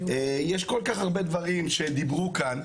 יש כל כך הרבה דברים שדיברו כאן,